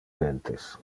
dentes